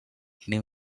knew